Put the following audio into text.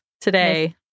today